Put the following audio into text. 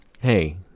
hey